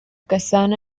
gasana